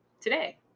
today